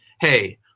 hey